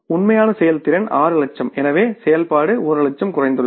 உண்மையான செயல்திறன் 6 லட்சம் எனவே நம் செயல்பாடு 1 லட்சம் குறைந்துள்ளது